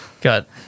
got